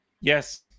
Yes